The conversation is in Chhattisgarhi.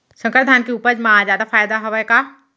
संकर धान के उपज मा जादा फायदा हवय का?